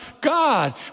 God